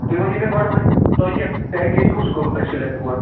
تُہۍ ؤنِو مےٚ گۄڈٕ وَنۍ تُہۍ کیٛاہ پٮ۪کیج کُس کوٚروٕ تُہۍ سِلٮ۪کٹ گۄڈٕ